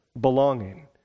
belonging